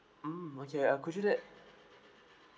mm okay uh could you let